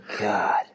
God